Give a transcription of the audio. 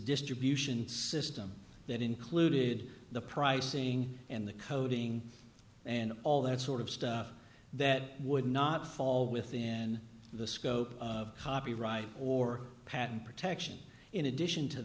distribution system that included the pricing and the coding and all that sort of stuff that would not fall within the scope of copyright or patent protection in addition to